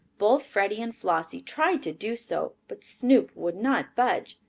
both freddie and flossie tried to do so. but snoop would not budge,